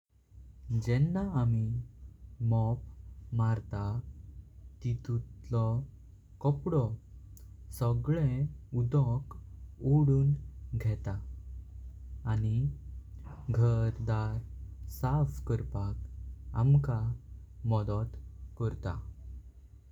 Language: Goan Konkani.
जेना आम्ही मॉप मारता तितुलो कपडो सगळें ओडोक ओडून घेता। आनी घर दार साफ करपाक आमका मदत करता।